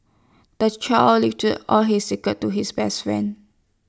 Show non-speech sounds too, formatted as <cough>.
the child <unintelligible> all his secrets to his best friend